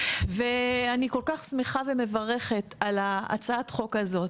אני כל כך שמחה ומברכת על הצעת החוק הזאת,